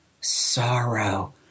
sorrow